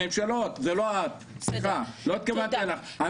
הממשלות, זה לא את, סליחה, לא התכוונתי אלייך.